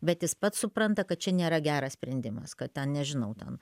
bet jis pats supranta kad čia nėra geras sprendimas kad ten nežinau ten